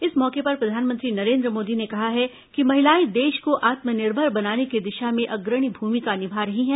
इस मौके पर प्रधानमंत्री नरेन्द्र मोदी ने कहा है कि महिलाएं देश को आत्मनिर्भर बनाने की दिशा में अग्रणी भूमिका निभा रही हैं